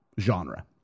genre